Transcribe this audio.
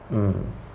mm